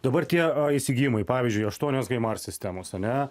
dabar tie įsigijimai pavyzdžiui aštuonios haimars sistemos ane